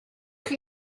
chi